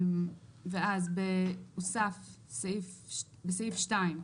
בסעיף (2)